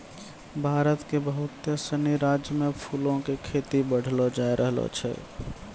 भारत के बहुते सिनी राज्यो मे फूलो के खेती बढ़लो जाय रहलो छै